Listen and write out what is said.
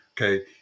Okay